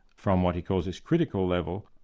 from what he calls this critical level,